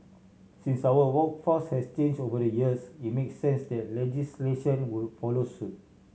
since our workforce has changed over the years it makes sense that legislation would follow suit